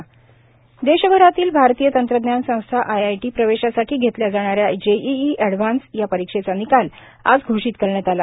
JEE advanced result देशभरातील भारतीय तंत्रज्ञान संस्था आयआयटी प्रवेशासाठी घेतल्या जाणाऱ्या जेईई एजडव्हान्स या परीक्षेचा निकाल आज घोषित करण्यात आला